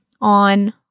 on